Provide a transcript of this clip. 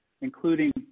including